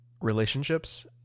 relationships